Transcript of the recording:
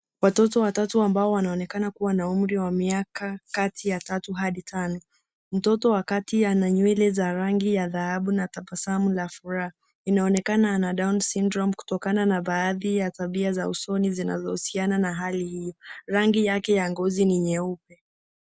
Watoto watatu ambao wanonekana kuwa na umri wa miaka kati ya tatu hadi tano. Mtoto wa kati ana nywele za rangi ya dhahabuna tabasamu ya furaha inaonekana ana downs syndrome kutokana baadhi ya tabia za usoni zinazohusiana na hali hii. Rangi yake ya ngozi ni nyeupe.